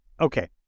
okay